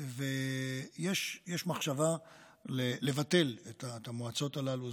יש מחשבה לבטל את המועצות הללו.